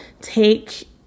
take